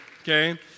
okay